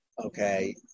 Okay